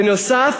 בנוסף,